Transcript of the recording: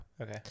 okay